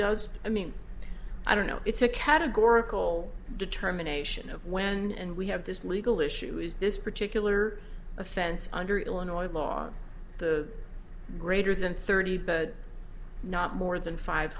does i mean i don't know it's a categorical determination of when and we have this legal issue is this particular offense under illinois law the greater than thirty but not more than five